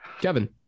Kevin